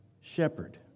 shepherd